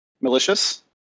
malicious